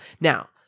Now